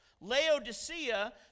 Laodicea